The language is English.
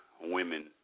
women